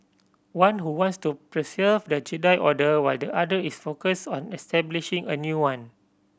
one who wants to preserve the Jedi Order while the other is focused on establishing a new one